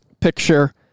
picture